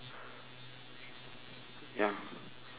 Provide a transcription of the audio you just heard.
ya